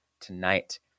tonight